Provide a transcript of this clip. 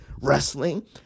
wrestling